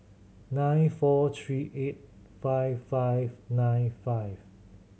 nine four three eight five five nine five